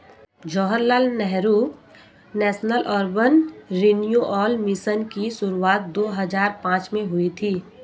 Jawaharlal Nehru national urban renewal mission की शुरुआत दो हज़ार पांच में हुई थी